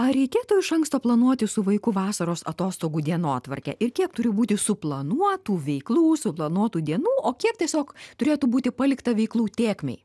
ar reikėtų iš anksto planuoti su vaiku vasaros atostogų dienotvarkę ir kiek turi būti suplanuotų veiklų suplanuotų dienų o kiek tiesiog turėtų būti palikta veiklų tėkmei